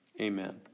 amen